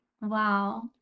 wow